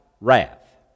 wrath